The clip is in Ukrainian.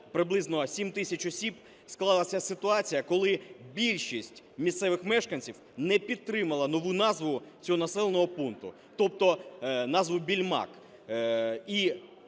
приблизно 7 тисяч осіб, склалася ситуація, коли більшість місцевих мешканців не підтримала нову назву цього населеного пункту, тобто назву Більмак.